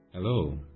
Hello